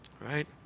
right